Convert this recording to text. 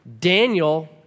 Daniel